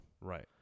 Right